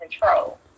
control